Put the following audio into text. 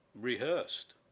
rehearsed